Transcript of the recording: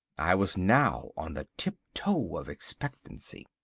i was now on the tiptoe of expectancy.